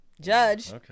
Judge